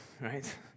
right